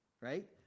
right